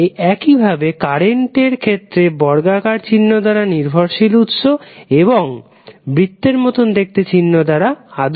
একইভাবে কারেন্টের ক্ষেত্রে বর্গাকার চিহ্ন দ্বারা নির্ভরশীল উৎস এবং বৃত্তের মতো দেখতে চিহ্ন দ্বারা আদর্শ উৎস প্রকাশ করা হয়